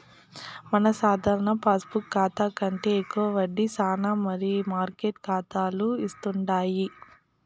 మన సాధారణ పాస్బుక్ కాతా కంటే ఎక్కువ వడ్డీ శానా మనీ మార్కెట్ కాతాలు ఇస్తుండాయి